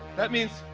that means,